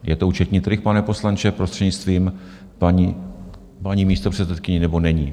Je to účetní trik, pane poslanče, prostřednictvím paní místopředsedkyně, nebo není?